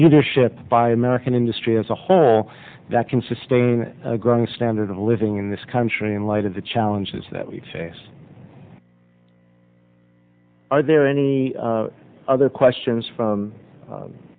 leadership by american industry as a whole that can sustain a growing standard of living in this country in light of the challenges that we face are there any other questions